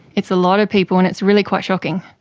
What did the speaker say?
it's a lot of people and it's really quite shocking.